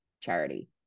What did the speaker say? charity